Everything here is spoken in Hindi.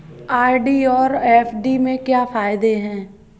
आर.डी और एफ.डी के क्या फायदे हैं?